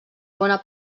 bona